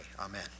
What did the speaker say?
Amen